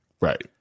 Right